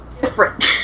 different